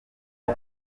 ubu